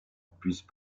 puisse